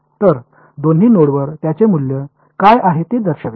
तर दोन्ही नोडवर त्याचे मूल्य काय आहे ते दर्शविते